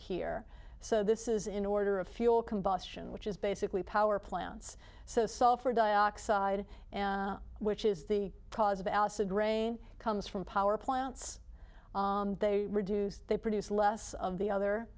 here so this is in order of fuel combustion which is basically power plants so sulfur dioxide which is the cause of acid rain comes from power plants they reduce they produce less of the other